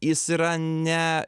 jis yra ne